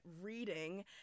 reading